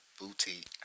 boutique